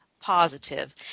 Positive